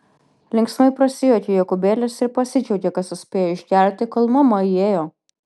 linksmai prasijuokė jokūbėlis ir pasidžiaugė kad suspėjo išgerti kol mama įėjo